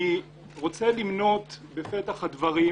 אני רוצה למנות בפתח הדברים